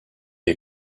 est